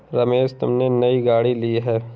रमेश तुमने नई गाड़ी ली हैं